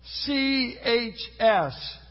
C-H-S